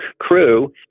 crew